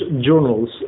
journals